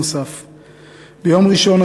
ביום ראשון,